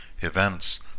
events